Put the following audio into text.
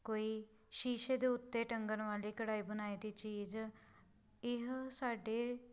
ਕੋਈ ਸ਼ੀਸ਼ੇ ਦੇ ਉੱਤੇ ਟੰਗਣ ਵਾਲੀ ਕਢਾਈ ਬੁਣਾਈ ਦੀ ਚੀਜ਼ ਇਹ ਸਾਡੇ